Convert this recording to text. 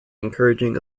encouraging